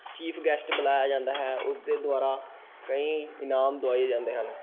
chief guest ਬੁਲਾਇਆ ਜਾਂਦਾ ਹੈ ਉਸ ਦੇ ਦੁਆਰਾ ਕਈ ਇਨਾਮ ਦਵਾਏ ਜਾਂਦੇ ਹਨ